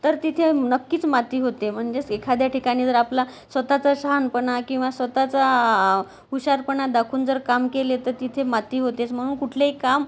तर तिथे नक्कीच माती होते म्हणजेच एखाद्या ठिकाणी जर आपला स्वतःचा शहाणपणा किंवा स्वतःचा हुशारपणा दाखवून जर काम केले तर तिथे माती होतेच म्हणून कुठलेही काम